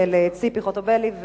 ציפי חוטובלי,